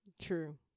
True